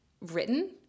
written